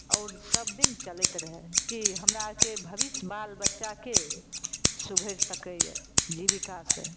आओर सब दिन चलैत रहय कि हमरा आरके भबिष्य बाल बच्चाके सुधरि सकैए जीबिका से